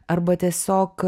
arba tiesiog